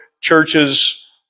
churches